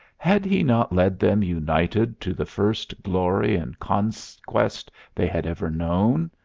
had he not led them united to the first glory and conquest they had ever known?